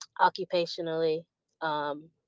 occupationally